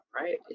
right